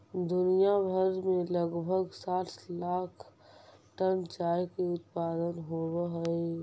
दुनिया भर में लगभग साठ लाख टन चाय के उत्पादन होब हई